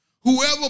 Whoever